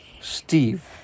Steve